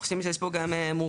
אנחנו חושבים שיש פה גם מורכבות.